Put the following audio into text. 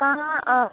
म्हाका